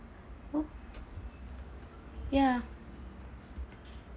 ya